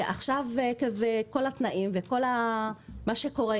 עכשיו עקב כל התנאים וכל מה שקורה,